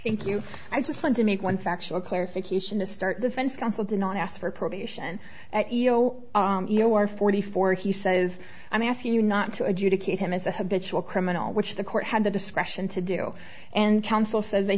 thank you i just want to make one factual clarification to start defense counsel do not ask for probation you know you are forty four he says i'm asking you not to adjudicate him as a habitual criminal which the court had the discretion to do and counsel says